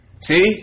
See